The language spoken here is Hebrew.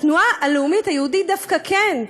התנועה הלאומית היהודית דווקא כן,